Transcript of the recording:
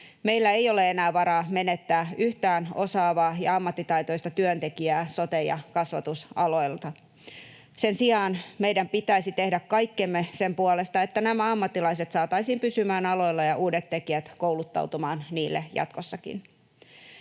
Meillä ei ole enää varaa menettää yhtään osaavaa ja ammattitaitoista työntekijää sote- ja kasvatusaloilta. Sen sijaan meidän pitäisi tehdä kaikkemme sen puolesta, että nämä ammattilaiset saataisiin pysymään aloilla ja uudet tekijät kouluttautumaan niille jatkossakin.